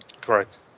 Correct